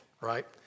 right